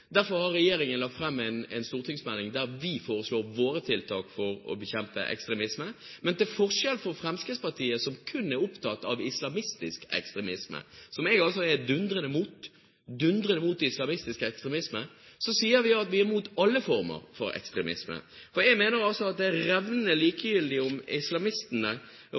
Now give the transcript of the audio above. Derfor har regjeringen lagt fram en stortingsmelding der vi foreslår våre tiltak for å bekjempe ekstremisme, men til forskjell fra Fremskrittspartiet, som kun er opptatt av islamistisk ekstremisme, som jeg er dundrende imot – jeg er dundrende imot islamistisk ekstremisme – sier vi at vi er imot alle former for ekstremisme. Jeg mener det er revnende likegyldig om